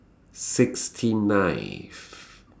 sixty ninth